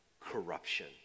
corruption